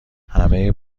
همه